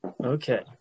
Okay